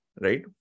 Right